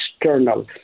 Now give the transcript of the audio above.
external